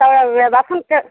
বাছখন কে